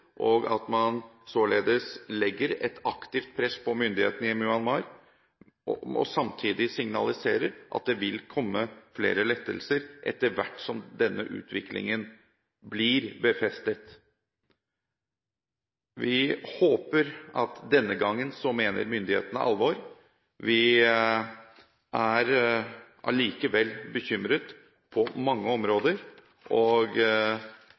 og at man således legger et aktivt press på myndighetene i Myanmar, og samtidig signaliserer at det vil komme flere lettelser etter hvert som denne utviklingen blir befestet. Vi håper at myndighetene denne gangen mener alvor. Vi er allikevel bekymret på mange områder og